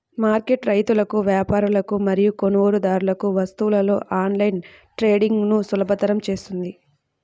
market రైతులకు, వ్యాపారులకు మరియు కొనుగోలుదారులకు వస్తువులలో ఆన్లైన్ ట్రేడింగ్ను సులభతరం చేస్తుంది